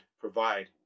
provide